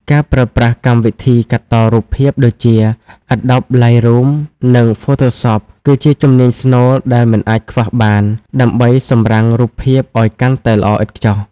ការប្រើប្រាស់កម្មវិធីកាត់តរូបភាពដូចជា Adobe Lightroom និង Photoshop គឺជាជំនាញស្នូលដែលមិនអាចខ្វះបានដើម្បីសម្រាំងរូបភាពឱ្យកាន់តែល្អឥតខ្ចោះ។